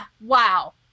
Wow